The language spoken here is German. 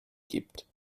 gibt